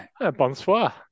Bonsoir